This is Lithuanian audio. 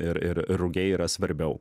ir ir rugiai yra svarbiau